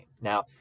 Now